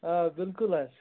آ بِلکُل حظ